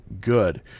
good